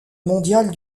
mondiale